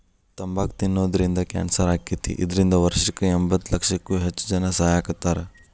ತಂಬಾಕ್ ತಿನ್ನೋದ್ರಿಂದ ಕ್ಯಾನ್ಸರ್ ಆಕ್ಕೇತಿ, ಇದ್ರಿಂದ ವರ್ಷಕ್ಕ ಎಂಬತ್ತಲಕ್ಷಕ್ಕೂ ಹೆಚ್ಚ್ ಜನಾ ಸಾಯಾಕತ್ತಾರ